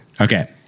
Okay